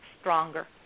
stronger